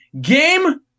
game